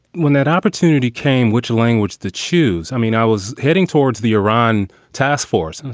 when that opportunity came, which language to choose? i mean, i was heading towards the iran task force. and